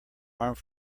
armed